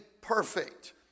perfect